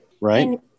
Right